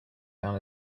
down